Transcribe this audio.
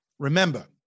Remember